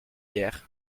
hier